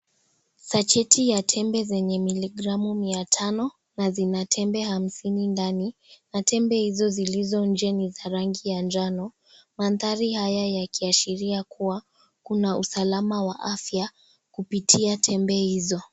Sacheti ya tembe zenye miligramu mia tano na zina tembe hamsini ndani na tembe izo zilizo nje ni za rangi ya njano, mandhari haya yakiashiria ya kuwa kuna usalama wa afya kupitia tembe izo.